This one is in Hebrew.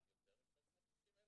רק יותר מ-360,000.